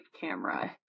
camera